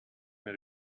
mehr